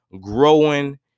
growing